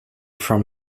from